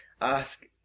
ask